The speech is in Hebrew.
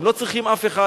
הם לא צריכים אף אחד,